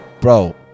bro